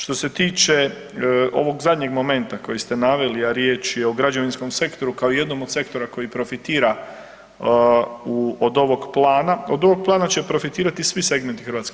Što se tiče ovog zadnjeg momenta koji ste naveli a riječ o građevinskom sektoru kao jednom od sektora koji profitira od ovog plana, od ovog plana će profitirati svi segmenti hrvatske